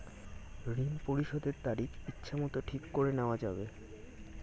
ঋণ পরিশোধের তারিখ ইচ্ছামত ঠিক করে নেওয়া যাবে?